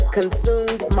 consumed